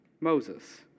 Moses